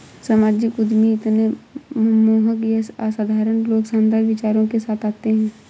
सामाजिक उद्यमी इतने सम्मोहक ये असाधारण लोग शानदार विचारों के साथ आते है